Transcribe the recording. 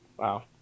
Wow